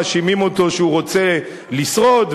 מאשימים אותו שהוא רוצה לשרוד,